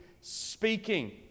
speaking